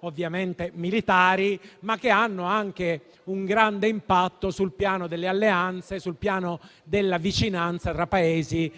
ovviamente militari, ma hanno anche un grande impatto sul piano delle alleanze e della vicinanza tra Paesi